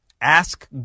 Ask